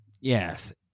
yes